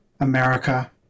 America